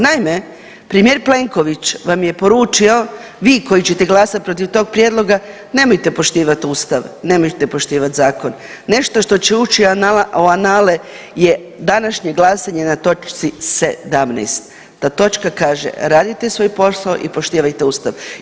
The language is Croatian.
Naime, premijer Plenković vam je poručio vi koji ćete glasati protiv tog prijedloga nemojte poštivat ustav, nemojte poštivat zakon nešto što će ući u anale je današnje glasanje na točci 17., ta točka kaže radite svoj posao i poštivajte ustav.